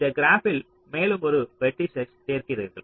இந்த கிராப்பில் மேலும் ஒரு வேர்ட்ஸ்யைச் சேர்க்கிறீர்கள்